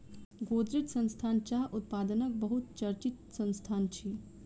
गोदरेज संस्थान चाह उत्पादनक बहुत चर्चित संस्थान अछि